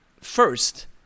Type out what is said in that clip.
first